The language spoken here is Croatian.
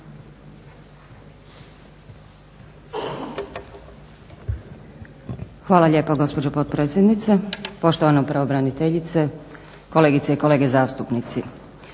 Hvala lijepo gospođo potpredsjednice. Poštovana pravobraniteljice, kolegice i kolege zastupnici.